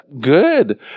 good